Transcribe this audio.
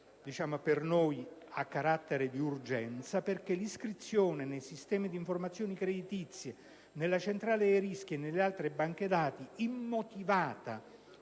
che per noi ha carattere di urgenza perché l'iscrizione nei sistemi di informazioni creditizie, nella centrale dei rischi e nelle altre banche dati, immotivata